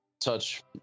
Touch